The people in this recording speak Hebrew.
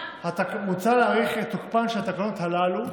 מוצע להאריך את תוקפן של התקנות הללו,